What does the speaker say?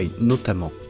notamment